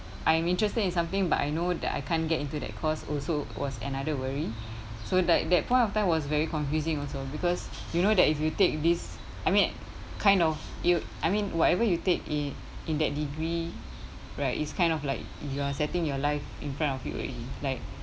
I'm interested in something but I know that I can't get into that course also was another worry so that that point of time was very confusing also because you know that if you take this I mean kind of you I mean whatever you take in in that degree right is kind of like you are setting your life in front of you already like